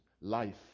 life